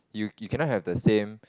you you cannot have the same